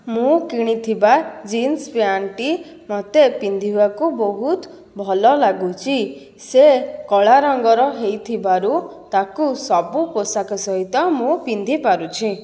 ମୁଁ କିଣିଥିବା ଜିନ୍ସ ପ୍ୟାଣ୍ଟଟି ମୋତେ ପିନ୍ଧିବାକୁ ବହୁତ ଭଲଲାଗୁଛି ସେ କଳା ରଙ୍ଗର ହୋଇଥିବାରୁ ତାକୁ ସବୁ ପୋଷାକ ସହିତ ମୁଁ ପିନ୍ଧିପାରୁଛି